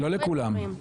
לא לכולם.